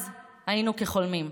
אז היינו כחולמים.